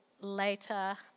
later